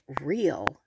real